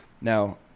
Now